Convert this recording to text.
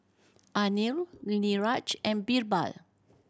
Anil Niraj and Birbal